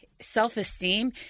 self-esteem